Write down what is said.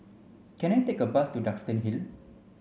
can I take a bus to Duxton Hill